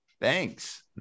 Thanks